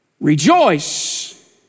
Rejoice